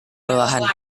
perlahan